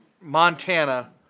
Montana